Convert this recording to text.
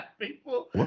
people